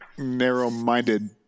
narrow-minded